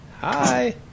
Hi